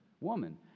woman